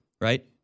right